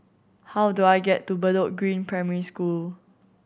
how do I get to Bedok Green Primary School